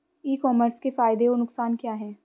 ई commerce के फायदे और नुकसान क्या हैं?